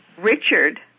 Richard